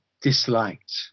disliked